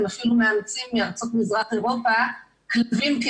הם אפילו מאמצים מארצות מזרח אירופה כלבים כי